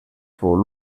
fou